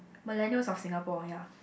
millennials of Singapore ya